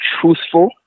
truthful